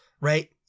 right